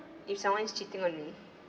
if someone's cheating on me